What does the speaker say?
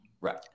right